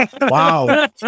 Wow